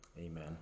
Amen